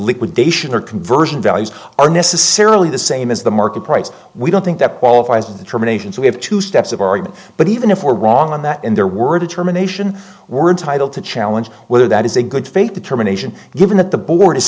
liquidation or conversion values are necessarily the same as the market price we don't think that qualifies in the terminations we have two steps of argument but even if we're wrong on that and there were a determination we're entitled to challenge whether that is a good faith determination given that the board is